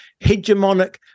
hegemonic